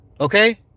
Okay